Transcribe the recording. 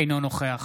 אינו נוכח